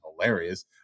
hilarious